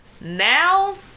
Now